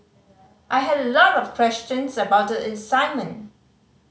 I had a lot of questions about the assignment